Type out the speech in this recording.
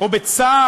או בצו